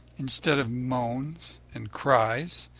instead of moans and cries,